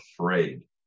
afraid